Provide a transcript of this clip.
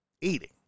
eating